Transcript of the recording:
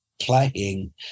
playing